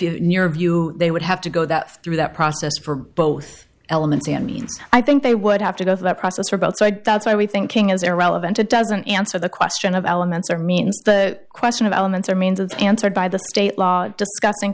you knew your view they would have to go that through that process for both elements and means i think they would have to go through that process for both side thoughts are we thinking is irrelevant it doesn't answer the question of elements or means the question of elements or means it's answered by the state law discussing